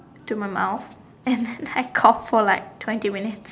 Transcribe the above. to my mouth and then I cough for like twenty minutes